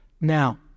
Now